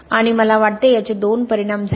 आणि मला वाटते याचे दोन परिणाम झाले